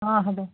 অঁ হ'ব